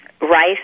rice